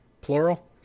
plural